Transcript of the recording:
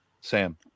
Sam